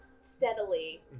steadily